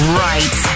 right